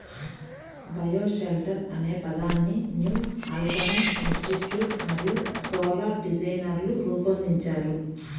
bioshelter అనే పదాన్ని New Alchemy Institute మరియు సోలార్ డిజైనర్లు రూపొందించారు